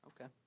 Okay